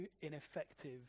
ineffective